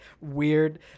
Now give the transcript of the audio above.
weird